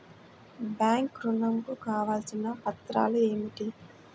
Bank ఋణం కు కావలసిన పత్రాలు ఏమిటి?